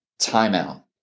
timeout